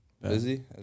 Busy